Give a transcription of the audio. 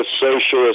socialist